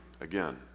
again